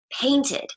painted